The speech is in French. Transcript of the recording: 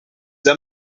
sous